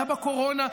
היה בקורונה.